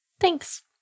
Thanks